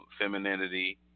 femininity